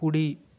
కుడి